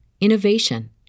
innovation